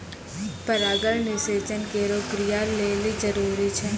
परागण निषेचन केरो क्रिया लेलि जरूरी छै